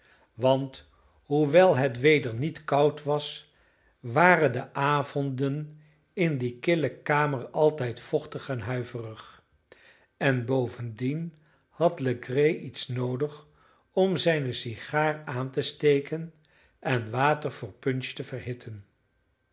want hoewel het weder niet koud was waren de avonden in die kille kamer altijd vochtig en huiverig en bovendien had legree iets noodig om zijne sigaar aan te steken en water voor punch te verhitten